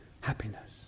happiness